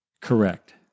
correct